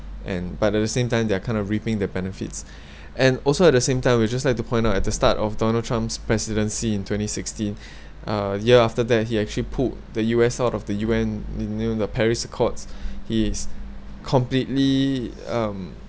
and but at the same time they're kind of reaping the benefits and also at the same time we'd just like to point out that at the start of donald trump's presidency in twenty sixteen uh a year after that he actually pulled the U_S out of the U_N you know the paris court he's completely um